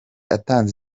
atanze